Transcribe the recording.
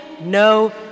no